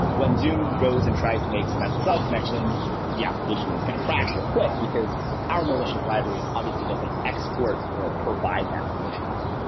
when zoom goes and tries to make some ssl connections, the application is going to crash or quit because our malicious library obviously doesn't export or provide that functionality.